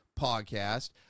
podcast